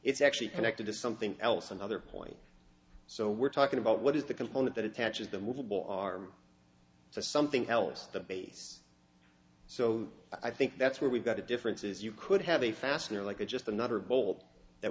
it's actually connected to something else another point so we're talking about what is the component that attaches the movable arm to something else the base so i think that's where we've got the differences you could have a fastener like a just another bowl that